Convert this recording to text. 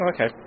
Okay